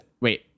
wait